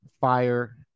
fire